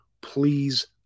please